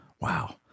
Wow